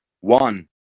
one